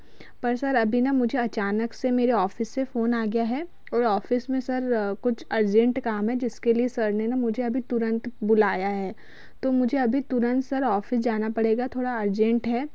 पर सर अभी न मुझे अचानक से मेरे ऑफिस से फोन आ गया है और ऑफिस में सर कुछ अर्जेंट काम है जिसके लिए सर ने ना मुझे अभी तुरंत बुलाया है तो मुझे अभी तुरंत सर ऑफिस जाना पड़ेगा थोड़ा अर्जेंट है